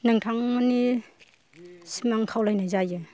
नोंथांमोननि सिम आं खावलायनाय जायो